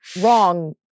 wrong